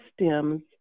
stems